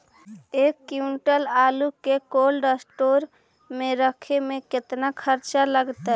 एक क्विंटल आलू के कोल्ड अस्टोर मे रखे मे केतना खरचा लगतइ?